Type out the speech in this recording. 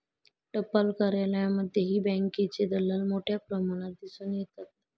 टपाल कार्यालयांमध्येही बँकेचे दलाल मोठ्या प्रमाणात दिसून येतात